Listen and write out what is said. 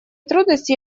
трудности